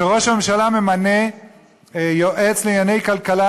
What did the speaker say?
כשראש הממשלה ממנה יועץ לענייני כלכלה,